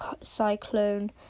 cyclone